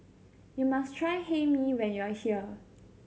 you must try Hae Mee when you are here